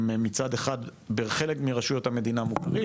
הם מצד אחד בחלק מרשויות המדינה מוכרים,